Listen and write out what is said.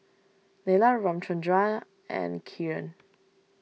Neila Ramchundra and Kiran